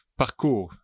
parcours